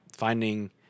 finding